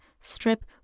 strip